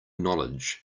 knowledge